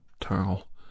towel